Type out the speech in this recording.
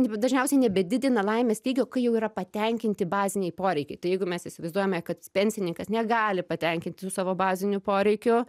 dažniausiai nebedidina laimės lygio kai jau yra patenkinti baziniai poreikiai tai jeigu mes įsivaizduojame kad pensininkas negali patenkinti savo bazinių poreikių